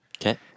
Okay